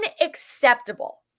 unacceptable